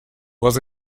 was